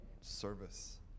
service